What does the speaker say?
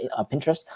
pinterest